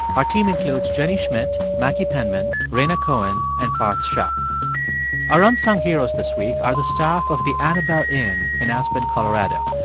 our team includes jenny schmidt, maggie penman, rhaina cohen and parth shah our unsung heroes this week are the staff of the annabelle inn in aspen, colo. and